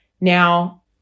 Now